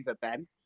Ben